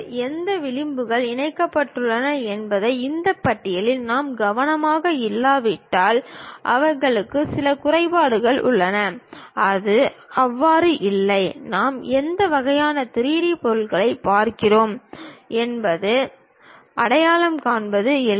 எந்த விளிம்புகள் இணைக்கப்பட்டுள்ளன என்பதை இந்த பட்டியலில் நாம் கவனமாக இல்லாவிட்டால் அவர்களுக்கு சில குறைபாடுகளும் உள்ளன அது அவ்வாறு இல்லை நாம் எந்த வகையான 3D பொருளைப் பார்க்கிறோம் என்பதை அடையாளம் காண்பது எளிது